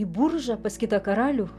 į buržą pas kitą karalių